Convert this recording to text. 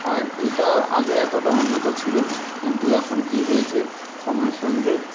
আর এইটা আগে এতটা উন্নত ছিল না কিন্তু এখন কী হয়েছে সময়ের সঙ্গে